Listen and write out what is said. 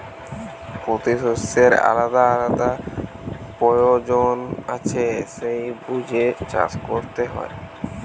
পোতি শষ্যের আলাদা আলাদা পয়োজন আছে সেই বুঝে চাষ কোরতে হয়